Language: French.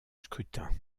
scrutin